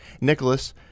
Nicholas